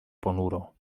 ponuro